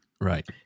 Right